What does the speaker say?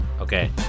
Okay